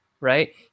right